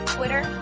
Twitter